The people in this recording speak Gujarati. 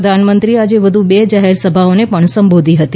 પ્રધાનમંત્રીએ આજે વધુ બે જાહેર સભાઓને પણ સંબોધી હતી